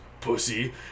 pussy